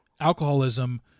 alcoholism